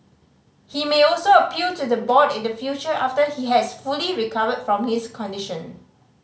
he may also appeal to the board in the future after he has fully recovered from his condition